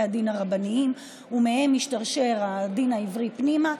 הדין הרבניים ומהם משתרשר הדין העברי פנימה.